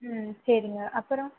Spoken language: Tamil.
ம் சரிங்க அப்புறம்